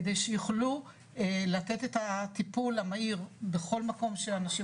כדי שיוכלו לתת את הטיפול המהיר בכל מקום שאנשים